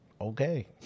okay